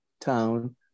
town